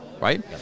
right